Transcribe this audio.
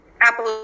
Apple